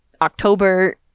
October